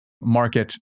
market